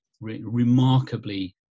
remarkably